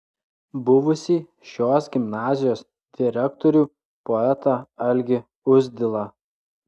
buvusį šios gimnazijos direktorių poetą algį uzdilą